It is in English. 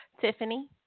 Tiffany